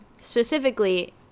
specifically